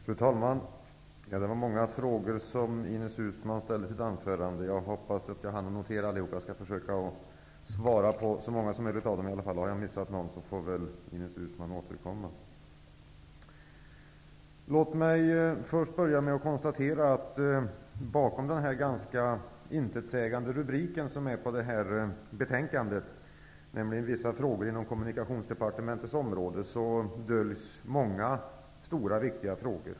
Fru talman! Det var många frågor som Ines Uusmann ställde i sitt anförande. Jag hoppas att jag hann notera allihop, och jag skall försöka svara på så många som möjligt av dem. Har jag missat någon, får väl Ines Uusmann återkomma. Låt mig börja med att konstatera att bakom betänkandets ganska intetsägande rubrik, ''Vissa frågor inom kommunikationsdepartementets område'', döljs många stora och viktiga frågor.